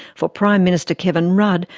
for prime minister kevin rudd,